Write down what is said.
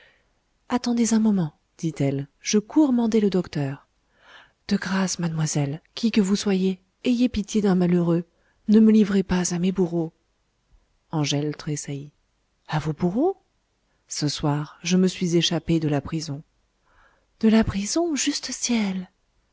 attendez un moment dit-elle je cours mander le docteur de grâce mademoiselle qui que vous soyez ayez pitié d'un malheureux ne me livrez pas à mes bourreaux angèle tressaillit a vos bourreaux ce soir je me suis échappé de la prison de la prison juste ciel